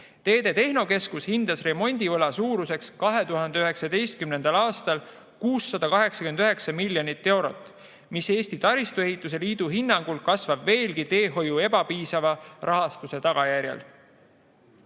Teede Tehnokeskus hindas remondivõla suuruseks 2019. aastal 689 miljonit eurot, mis Eesti Taristuehituse Liidu hinnangul teehoiu ebapiisava rahastuse tagajärjel